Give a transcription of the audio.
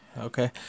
Okay